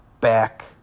back